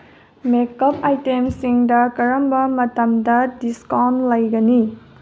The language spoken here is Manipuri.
ꯃꯦꯛꯑꯞ ꯑꯥꯏꯇꯦꯝꯁꯤꯡꯗ ꯀꯔꯝꯕ ꯃꯇꯝꯗ ꯗꯤꯁꯀꯥꯎꯟ ꯂꯩꯒꯅꯤ